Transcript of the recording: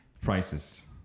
prices